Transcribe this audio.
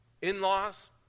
In-laws